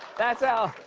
that's how